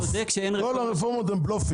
הכול בלוף.